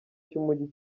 cy’umujyi